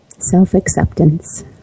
Self-acceptance